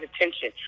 attention